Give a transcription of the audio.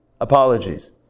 Apologies